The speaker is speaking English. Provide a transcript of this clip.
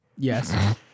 Yes